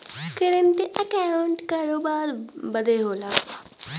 current account करोबार बदे होला